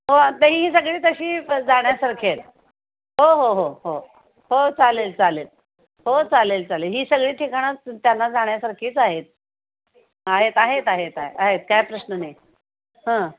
हो आणि ते ही सगळी तशी जाण्यासारखी आहेत हो हो हो हो हो चालेल चालेल हो चालेल चालेल ही सगळी ठिकाणं त्यांना जाण्यासारखीच आहेत आहेत आहेत आहेत आहे आहेत काय प्रश्न नाही हं